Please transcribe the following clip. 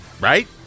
right